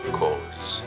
cause